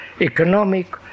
economic